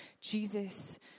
Jesus